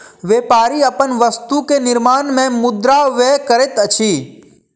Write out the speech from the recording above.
व्यापारी अपन वस्तु के निर्माण में मुद्रा व्यय करैत अछि